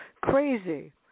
crazy